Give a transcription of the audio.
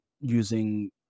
using